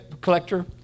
collector